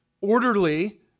orderly